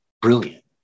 brilliant